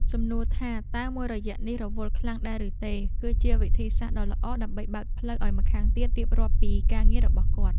សំណួរថាតើមួយរយៈនេះរវល់ខ្លាំងដែរឬទេ គឺជាវិធីសាស្ត្រដ៏ល្អដើម្បីបើកផ្លូវឱ្យម្ខាងទៀតរៀបរាប់ពីការងាររបស់គាត់។